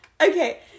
Okay